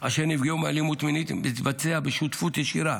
אשר נפגעו מאלימות מינית מתבצע בשותפות ישירה